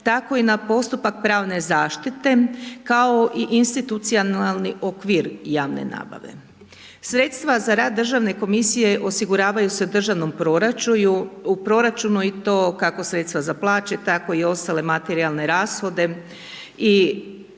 tako i na postupak pravne zaštite. Kao i institucionalnih okvir javne nabave. Sredstva za rad državne komisije osiguravaju se u državnom proračunu i to kako sredstva za plaće, tako i ostale materijalne rashode i ulaganja u